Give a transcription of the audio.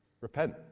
Repent